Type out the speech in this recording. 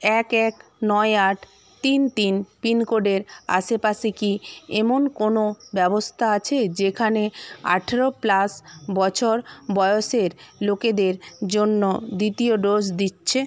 এক এক নয় আট তিন তিন পিনকোডের আশেপাশে কি এমন কোনও ব্যবস্থা আছে যেখানে আঠারো প্লাস বছর বয়সের লোকেদের জন্য দ্বিতীয় ডোজ দিচ্ছে